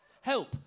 Help